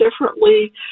differently